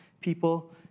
people